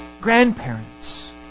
grandparents